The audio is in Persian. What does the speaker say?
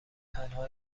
تنها